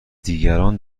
دیگران